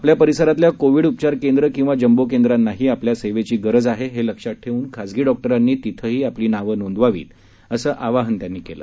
आपल्या परिसरातल्या कोविड उपचार केंद्र किंवा जम्बो केंद्रांनाही आपल्या सेवेची गरज आहे हे लक्षात ठेवून खासगी डॉक्टरांनी तिथंही आपली नावं नोंदवावी असं आवाहन त्यांनी केलं